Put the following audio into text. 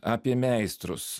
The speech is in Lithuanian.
apie meistrus